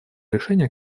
решение